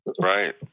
Right